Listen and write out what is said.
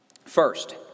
First